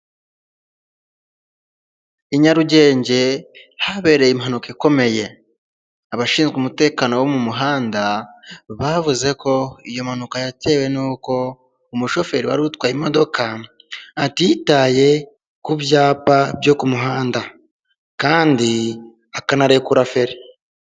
I Nyarugenge habereye impanuka ikomeye abashinzwe umutekano wo mu muhanda bavuze ko iyo mpanuka yatewe nuko umushoferi wari utwaye imodoka atitaye ku byapa byo ku muhanda kandi akanarekura feri .